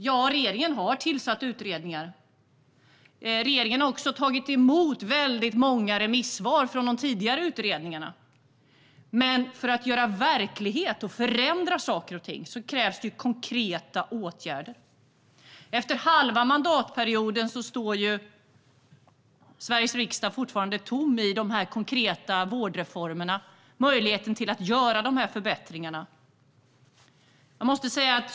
Ja, regeringen har tillsatt utredningar. Regeringen har också tagit emot många remissvar från tidigare utredningar. Men för att göra verklighet och förändra saker och ting krävs konkreta åtgärder. Efter halva mandatperioden är det fortfarande tomt på konkreta vårdreformer som möjliggör förbättringar.